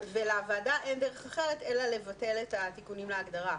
ולוועדה אין דרך אחרת אלא לבטל את התיקונים להגדרה.